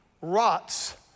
rots